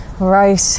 Right